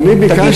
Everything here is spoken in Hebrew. אני ביקשתי,